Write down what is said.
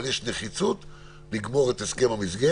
אבל יש נחיצות לגמור את הסכם המסגרת.